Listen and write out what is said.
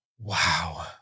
Wow